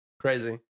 Crazy